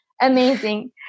Amazing